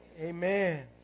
Amen